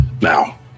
now